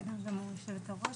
תודה רבה יושבת הראש,